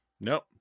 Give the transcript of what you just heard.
nope